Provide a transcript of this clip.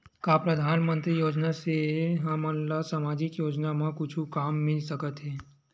का परधानमंतरी योजना से हमन ला सामजिक योजना मा कुछु काम मिल सकत हे?